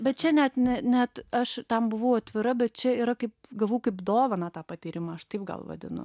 bet čia net ne net aš tam buvau atvira bet čia yra kaip gavau kaip dovaną tą patyrimą aš taip gal vadinu